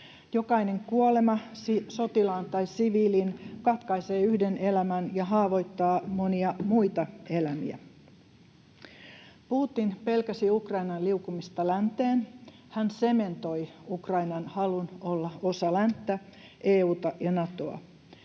Jokainen kuolema, sotilaan tai siviilin, katkaisee yhden elämän ja haavoittaa monia muita elämiä. Putin pelkäsi Ukrainan liukumista länteen — hän sementoi Ukrainan halun olla osa länttä, EU:ta ja Natoa.